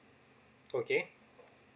okay